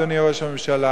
אדוני ראש הממשלה,